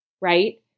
right